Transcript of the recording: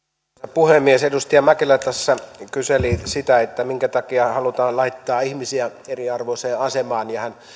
puhemies edustaja mäkelä tässä kyseli sitä minkä takia halutaan laittaa ihmisiä eriarvoiseen asemaan ja hän